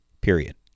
period